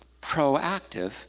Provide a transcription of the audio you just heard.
proactive